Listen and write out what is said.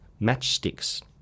matchsticks